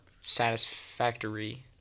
satisfactory